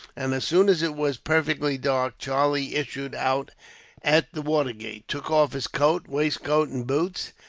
and as soon as it was perfectly dark, charlie issued out at the watergate, took off his coat, waistcoat, and boots,